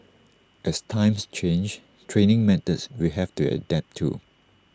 as times change training methods will have to adapt too